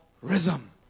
rhythm